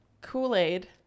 Kool-Aid